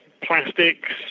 plastics